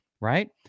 right